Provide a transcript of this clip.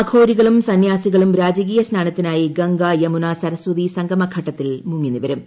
അഖോരികളും സന്യാസികളും രാജകീയ സ്നാ നത്തിനായി ഗംഗ യമുന സരസ്വതി സംഗമ ഘട്ടത്തിൽ മുങ്ങിനിവ രും